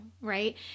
right